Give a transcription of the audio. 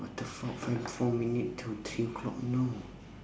what the fuck five four minute till three o'clock you know